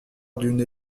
d’une